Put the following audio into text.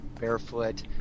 barefoot